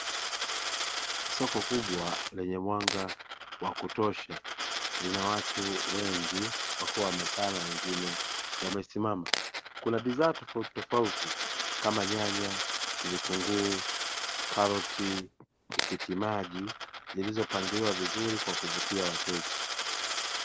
Soko kubwa lenye mwanga wakutosha, lina watu wengi wakiwa wamekaa na wengine wamesimama. Kuna bidhaa tofauti tofauti kama; nyanya, vitunguu, karoti, tikiti maji, zilizopangiliwa vizuri kwa kuvutia wateja.